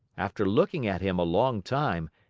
after looking at him a long time,